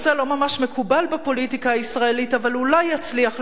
בפוליטיקה הישראלית אבל אולי יצליח לשנות משהו".